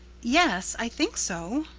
yes, i think so.